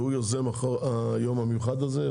והוא יוזם היום המיוחד הזה.